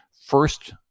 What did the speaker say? first